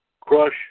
Crush